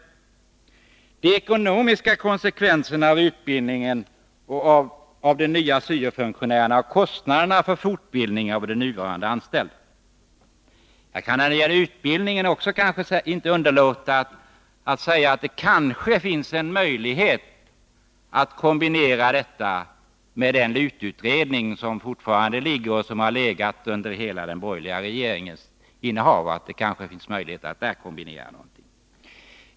Vidare måste de ekonomiska konsekvenserna klarläggas både vad gäller utbildningen av de nya syo-funktionärerna och fortbildningen av de nuvarande anställda. När det gäller utbildningen kan jag inte underlåta att säga att det kanske finns en möjlighet att kombinera beredningen med den s.k. Lut-utredningen som legat nere under hela det borgerliga regeringsinnehavet.